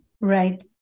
Right